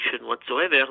whatsoever